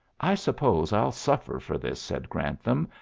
i suppose i'll suffer for this, said grantham,